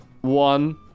one